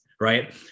right